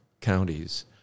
counties